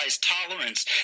tolerance